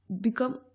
become